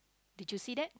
did you see that